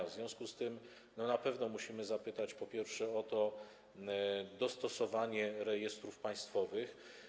W związku z tym na pewno musimy zapytać, po pierwsze, o dostosowanie rejestrów państwowych.